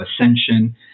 ascension